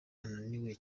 ananiwe